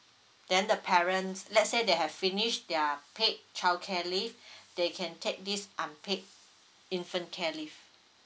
then the parents let's say they have finished their paid childcare leave they can take this unpaid infant care leave